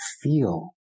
feel